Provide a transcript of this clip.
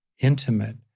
intimate